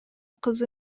кызы